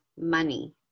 money